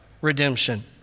redemption